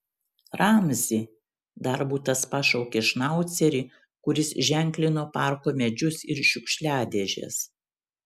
ramzi darbutas pašaukė šnaucerį kuris ženklino parko medžius ir šiukšliadėžes